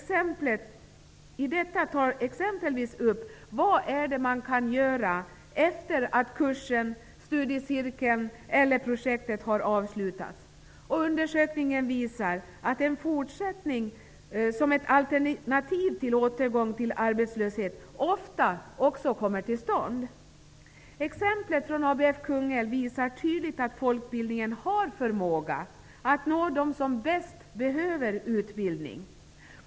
I det tas exempelvis upp vad man kan göra efter det att kursen, studiecirkeln eller projektet har avslutats. Undersökningen visar att en fortsättning som ett alternativ till återgång till arbeslöshet ofta kan åstadkommas. Exemplet från ABF i Kungälv visar tydligt att folkbildningen har förmåga att nå dem som bäst behöver utbildning.